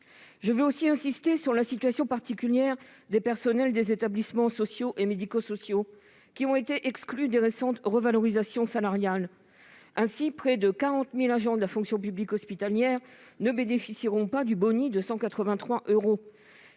Je tiens à insister sur la situation particulière des personnels des établissements sociaux et médico-sociaux, exclus des récentes revalorisations salariales. Ce sont près de 40 000 agents de la fonction publique hospitalière qui ne bénéficieront pas du bonus de 183 euros